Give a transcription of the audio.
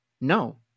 No